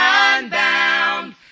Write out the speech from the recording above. unbound